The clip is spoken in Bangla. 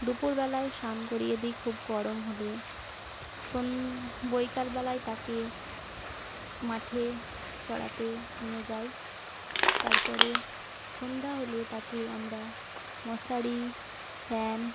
দুপুরবেলায় স্নান করিয়ে দিই খুব গরম হলে সন বৈকাল বেলায় তাকে মাঠে চরাতে নিয়ে যাই তারপরে সন্ধ্যা হলে তাকে আমরা মশারি ফ্যান